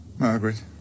Margaret